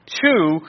Two